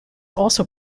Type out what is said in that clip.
also